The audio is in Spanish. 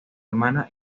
hermana